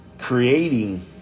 Creating